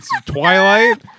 Twilight